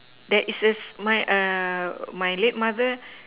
that is a my err my late mother